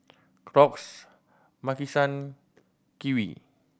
Crocs Maki San Kiwi